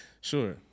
Sure